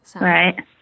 Right